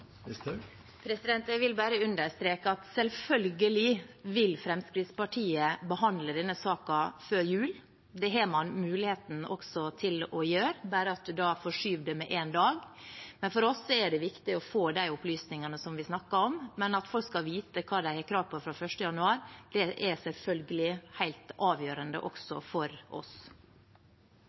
Jeg vil bare understreke at selvfølgelig vil Fremskrittspartiet behandle denne saken før jul. Det har man også muligheten til å gjøre ved at man forskyver det med en dag. For oss er det viktig å få de opplysningene vi snakker om, men at folk skal vite hva de har krav på fra 1. januar, er selvfølgelig helt avgjørende også for oss.